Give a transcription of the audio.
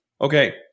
Okay